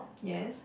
yes